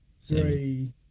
three